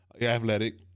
Athletic